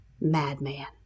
madman